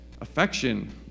affection